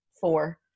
four